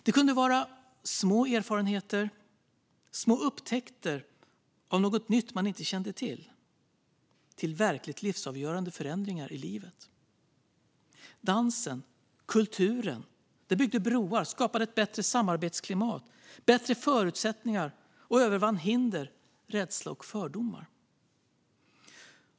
Det kunde vara allt från små erfarenheter, små upptäckter av något nytt som man inte känt till, till verkligt livsavgörande förändringar i livet. Dansen och kulturen byggde broar, skapade ett bättre samarbetsklimat och bättre förutsättningar och övervann hinder, rädsla och fördomar.